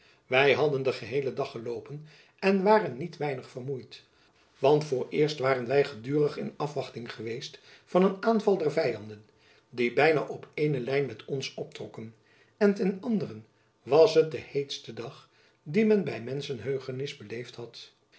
wy hadden den geheelen dag geloopen en waren niet weinig vermoeid want vooreerst waren wy gedurig in afwachting geweest van een aanval der vyanden die byna op eene lijn met ons optrokken en ten anderen was het de heetste dag dien men by menschengeheugenis beleefd heeft